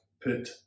put